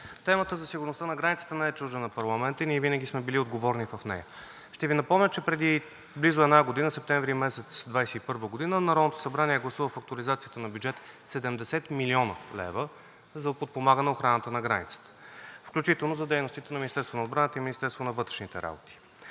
темата за сигурността на границата не е чужда на парламента и ние винаги сме били отговорни в нея. Ще Ви напомня, че преди близо една година – септември месец 2021 г., Народното събрание гласува в актуализацията на бюджета 70 млн. лв. за подпомагане охраната на границата, включително за дейностите на Министерството на отбраната и Министерството на вътрешните работи.